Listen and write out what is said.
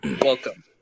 Welcome